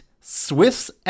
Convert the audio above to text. Swiss